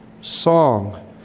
song